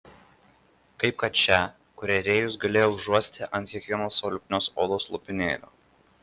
kaip kad šią kurią rėjus galėjo užuosti ant kiekvieno savo lipnios odos lopinėlio